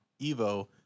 Evo